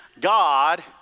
God